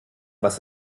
was